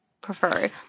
prefer